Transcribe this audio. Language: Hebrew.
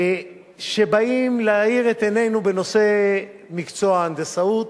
שבאות להאיר את עינינו בנושא מקצוע ההנדסאות,